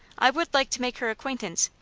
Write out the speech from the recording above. i would like to make her acquaintance,